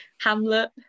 Hamlet